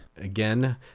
again